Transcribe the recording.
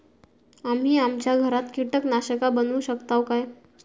आम्ही आमच्या घरात कीटकनाशका बनवू शकताव काय?